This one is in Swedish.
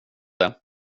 det